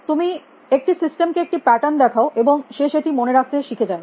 তুমি একটি সিস্টেমকে একটি প্যাটার্ন দেখাও এবং সে সেটি মনে রাখতে শিখে যায়